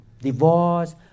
Divorce